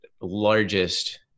largest